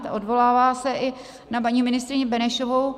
Odvolává se i na paní ministryni Benešovou.